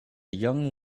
young